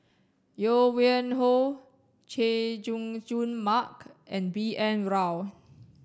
Yuen Hoe Chay Jung Jun Mark and B N Rao